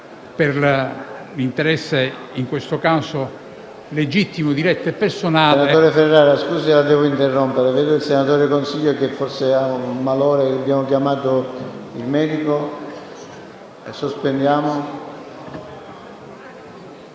per interesse in questo caso legittimo, diretto e personale...